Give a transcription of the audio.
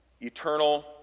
Eternal